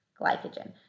glycogen